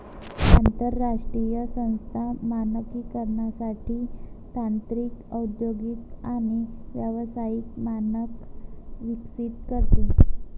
आंतरराष्ट्रीय संस्था मानकीकरणासाठी तांत्रिक औद्योगिक आणि व्यावसायिक मानक विकसित करते